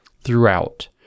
throughout